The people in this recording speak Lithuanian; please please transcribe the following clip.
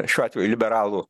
šiuo atveju liberalų